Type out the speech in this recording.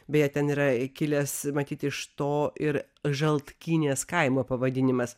beje ten yra kilęs matyt iš to ir žaltkynės kaimo pavadinimas